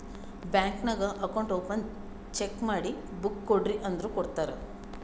bank ನಾಗ್ account open check ಮಾಡಿ book ಕೊಡ್ರಿ ಅಂದುರ್ ಕೊಡ್ತಾರ್